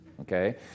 okay